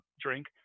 Drink